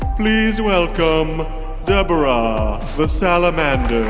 please welcome deborah the salamander